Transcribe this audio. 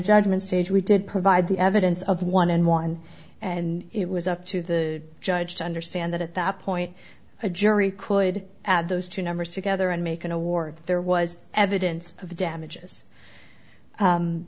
judgment stage we did provide the evidence of one and one and it was up to the judge to understand that at that point a jury could add those two numbers together and make an award there was evidence of the damages